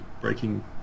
breaking